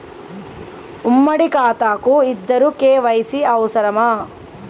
ఉమ్మడి ఖాతా కు ఇద్దరు కే.వై.సీ అవసరమా?